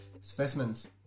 specimens